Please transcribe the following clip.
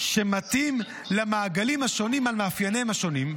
שמתאים למעגלים השונים על מאפייניהם השונים,